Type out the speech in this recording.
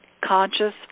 Conscious